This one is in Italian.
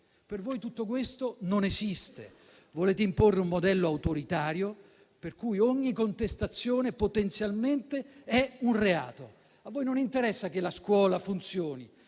Per voi tutto questo non esiste. Volete imporre un modello autoritario, per cui ogni contestazione potenzialmente è un reato. A voi non interessa che la scuola funzioni.